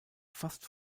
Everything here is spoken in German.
fast